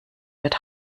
wird